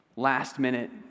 last-minute